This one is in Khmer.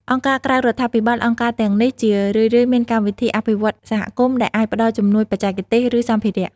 អង្គការក្រៅរដ្ឋាភិបាល អង្គការទាំងនេះជារឿយៗមានកម្មវិធីអភិវឌ្ឍន៍សហគមន៍ ដែលអាចផ្តល់ជំនួយបច្ចេកទេស ឬសម្ភារៈ។